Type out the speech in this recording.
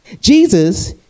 Jesus